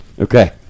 Okay